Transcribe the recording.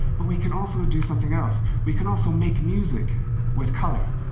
but we can also do something else. we can also make music with color.